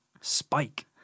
spike